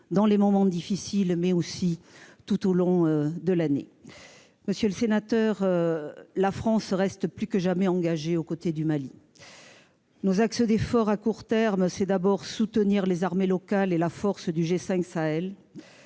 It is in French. dans les moments difficiles, mais aussi tout au long de l'année. Monsieur le sénateur, la France reste, plus que jamais, engagée aux côtés du Mali. À court terme, nos axes d'effort consistent d'abord à soutenir les armées locales et la force du G5 Sahel